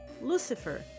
Lucifer